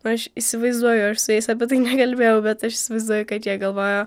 aš įsivaizduoju aš su jais apie tai nekalbėjau bet aš įsivaizduoju kad jie galvojo